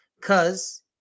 Cause